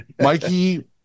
Mikey